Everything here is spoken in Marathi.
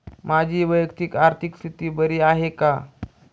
माझी वैयक्तिक आर्थिक स्थिती बरी आहे का?